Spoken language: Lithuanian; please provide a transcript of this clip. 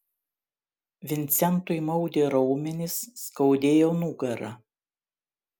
vincentui maudė raumenis skaudėjo nugarą